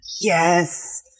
Yes